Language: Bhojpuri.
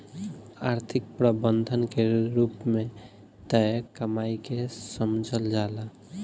आर्थिक प्रबंधन के रूप में तय कमाई के समझल जाला